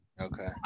Okay